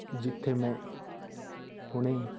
ਜਿੱਥੇ ਮੈਂ ਹੁਣੇ